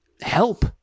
help